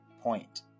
point